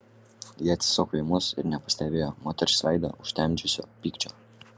ji atsisuko į mus ir nepastebėjo moters veidą užtemdžiusio pykčio